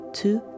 two